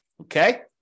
Okay